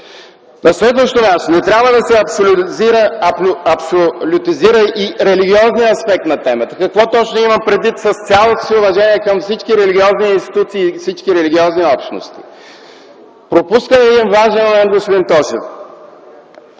На следващо място, не трябва да се абсолютизира и религиозният аспект на темата. Какво точно имам предвид, с цялото си уважение към всички религиозни институции и общности? Пропускаме един важен момент, господин Тошев.